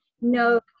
no